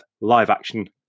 live-action